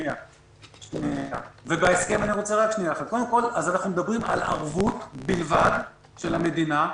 קודם כול, אנחנו מדברים על ערבות בלבד של המדינה.